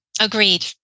Agreed